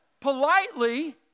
politely